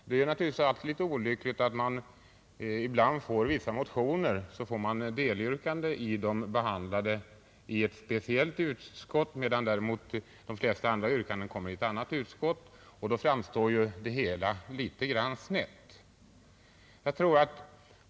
Nu är det naturligtvis litet olyckligt att man i en del motioner ibland får vissa delyrkanden behandlade i ett speciellt utskott medan däremot de flesta andra yrkandena behandlas i ett annat utskott. Därigenom kan det hela lätt framstå som litet skevt.